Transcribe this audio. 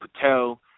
Patel